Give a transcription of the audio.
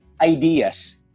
ideas